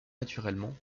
naturellement